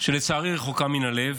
שלצערי רחוקה מן הלב.